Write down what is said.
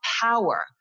power